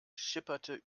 schipperte